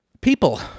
people